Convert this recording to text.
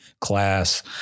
class